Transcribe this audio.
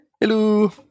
Hello